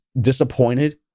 disappointed